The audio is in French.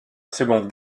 seconde